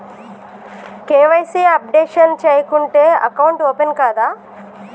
KYC updation చేయకుంటే account open కాదా?